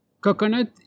Coconut